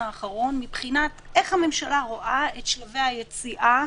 האחרון מבחינת איך הממשלה רואה את שלבי היציאה